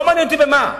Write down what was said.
לא מעניין אותי במה.